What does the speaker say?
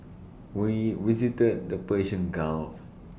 we visited the Persian gulf